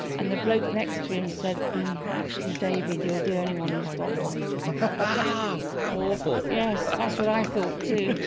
and the bloke next to him said actually david, you're the only one who's got one ahh how awful yes, that's what i thought too